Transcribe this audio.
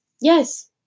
Yes